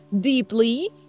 deeply